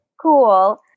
cool